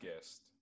guest